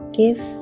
give